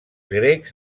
grecs